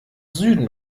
süden